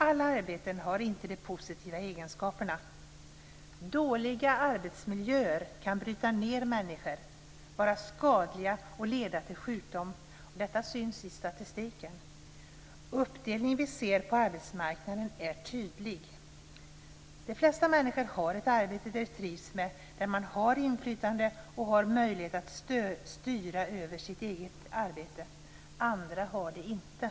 Alla arbeten har inte de positiva egenskaperna. Dåliga arbetsmiljöer kan bryta ned människor, vara skadliga och leda till sjukdom. Detta syns i statistiken. Uppdelningen vi ser på arbetsmarknaden är tydlig. De flesta människor har ett arbete de trivs med, där man har inflytande och möjlighet att styra över sitt eget arbete - andra har det inte.